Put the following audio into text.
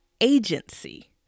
agency